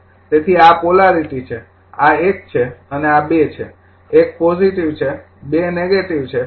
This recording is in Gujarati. તેથી આ પોલારિટી છે આ ૧ છે અને આ ૨ છે ૧ પોજિટિવ છે ૨ નેગેટિવ છે